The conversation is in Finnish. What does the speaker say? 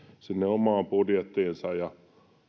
omaan budjettiinsa ja